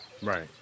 Right